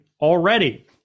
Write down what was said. already